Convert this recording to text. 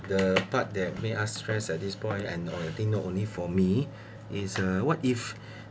the part that made us stress at this point and I think not only for me is uh what if